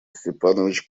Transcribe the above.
степанович